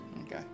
Okay